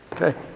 Okay